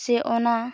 ᱥᱮ ᱚᱱᱟ